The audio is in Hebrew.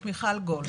את מיכל גולד.